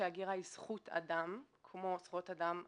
שהגירה היא זכות אדם כמו זכויות אדם אחרות,